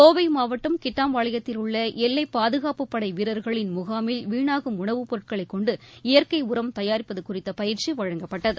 கோவை மாவட்டம் கிட்டாம்பாளையத்தில் உள்ள எல்லைப் பாதுகாப்புப் படை வீரர்களின் முகாமில் வீணாகும் உணவுப் பொருட்களை கொண்டு இயற்கை உரம் தயாரிப்பது குறித்த பயிற்சி வழங்கப்பட்டது